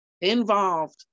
involved